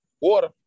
Water